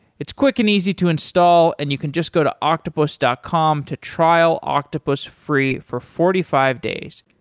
it's quick and easy to install and you can just go to octopus dot com to trial octopus free for forty five days.